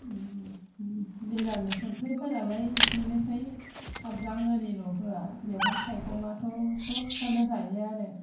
निरामिस ओंख्रिफोरालाय बेदिनोसै सामब्राम इरिल' होआ मैगं थाइगङाथ' सबखौनो जायो आरो